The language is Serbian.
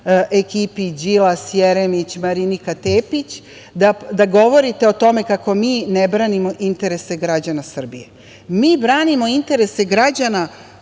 ekipi Đilas, Jeremić, Marinika Tepić, da govorite o tome kako mi ne branimo interese građana Srbije. Mi branimo interese građana onog